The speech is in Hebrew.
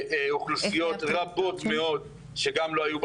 אוכלוסיות רבות מאוד שגם לא היו בעבר.